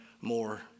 more